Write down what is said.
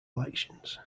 elections